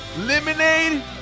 lemonade